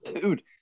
dude